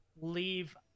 leave